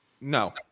No